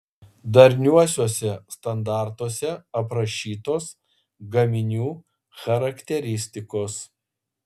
darniuosiuose standartuose aprašytos gaminių charakteristikos